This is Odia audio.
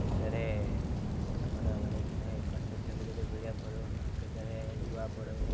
କେତେବେଳେ ଆମର ଗୋଟେ ଥାଏ କଚକ ଚଣ୍ଡୀ କେତେବେଳେ ବୁଲିବାକୁ ପଳାଉ ଆଉ କେତେବେଳେ ଗୋଆ ପଳାଉ